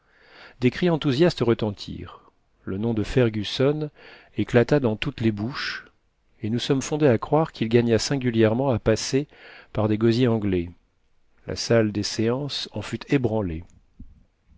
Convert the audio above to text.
des cris enthousiastes retentirent le nom de fergusson éclata dans toutes les bouches et nous sommes fondés à croire qu'il gagna singulièrement à passer par des gosiers anglais la salle des séances en fut ébranlée